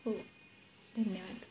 हो धन्यवाद